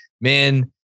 Man